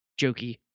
jokey